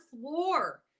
floor